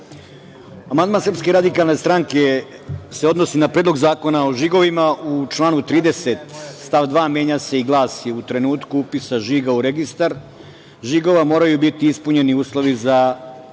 amandman Srpske radikalne stranke se odnosi na Predlog zakona o žigovima u članu 30. stav 2. menja se i glasi – u trenutku upisa žiga u Registar žigova moraju biti ispunjeni uslovi za